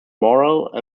morale